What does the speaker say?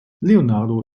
leonardo